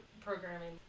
programming